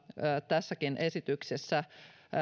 tässäkin esityksessä